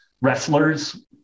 wrestlers